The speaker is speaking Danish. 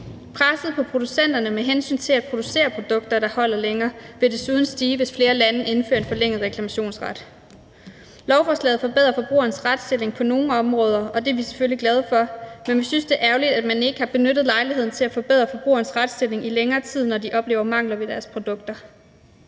Presset på producenterne med hensyn til at producere produkter, der holder længere, vil desuden stige, hvis flere lande indfører en forlænget reklamationsret. Lovforslaget forbedrer forbrugerens retsstilling på nogle områder, og det er vi selvfølgelig glade for, men vi synes, det er ærgerligt, at man ikke har benyttet lejligheden til at forbedre forbrugerens retsstilling i længere tid, når de oplever mangler ved deres produkter.